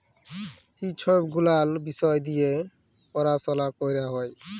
ই ছব গুলাল বিষয় দিঁয়ে পরাশলা ক্যরা হ্যয়